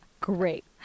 Great